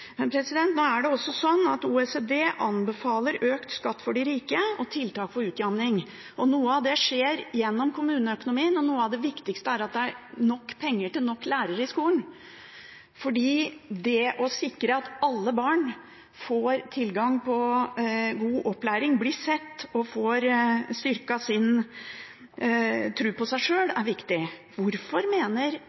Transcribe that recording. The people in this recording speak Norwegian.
Men nå er det også slik at OECD anbefaler økt skatt for de rike og tiltak til utjamning. Noe av det skjer gjennom kommuneøkonomien, og noe av det viktigste er at det er nok penger til nok lærere i skolen, for det å sikre at alle barn får tilgang på god opplæring, blir sett og får styrket sin tro på seg sjøl, er viktig. Hvorfor mener